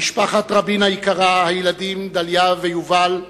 משפחת רבין היקרה, הילדים דליה ויובל,